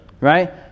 right